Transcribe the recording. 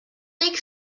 lake